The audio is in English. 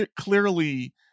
clearly